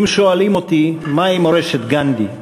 אם שואלים אותי מהי מורשת גנדי,